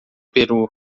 peru